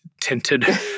tinted